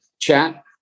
chat